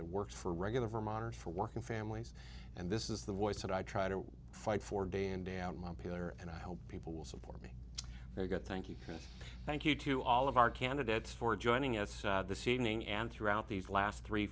that works for regular vermont and for working families and this is the voice that i try to fight for day in day out my pillar and i hope people will support me they get thank you thank you to all of our candidates for joining us this evening and throughout these last three